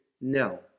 No